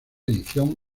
edición